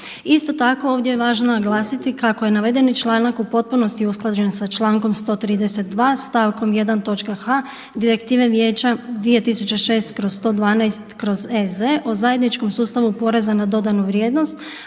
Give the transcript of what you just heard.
Isto tako ovdje je važno naglasiti kako je navedeni članak u potpunosti usklađen sa člankom 132. stavkom 1. točka h, Direktive Vijeća 2006/112/EZ o zajedničkom sustavu poreza na dodanu vrijednost,